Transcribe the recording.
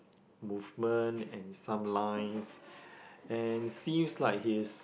movement and some lines and seems like his